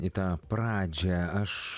į tą pradžią aš